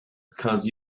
cause